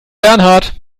bernhard